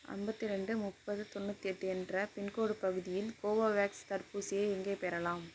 ஐம்பத்திரெண்டு முப்பது தொண்ணூற்றெட்டு என்ற பின்கோடு பகுதியில் கோவோவேக்ஸ் தடுப்பூசியை எங்கே பெறலாம்